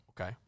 okay